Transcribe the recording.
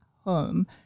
home